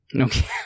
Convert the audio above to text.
Okay